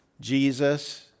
Jesus